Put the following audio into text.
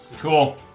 Cool